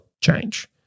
change